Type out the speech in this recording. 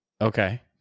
Okay